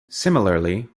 similarly